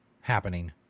happening